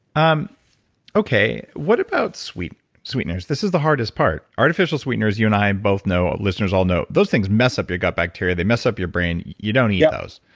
um okay, what about sweeteners? this is the hardest part. artificial sweeteners, you and i both know, listeners all know those things mess up your gut bacteria, they mess up your brain, you don't eat those.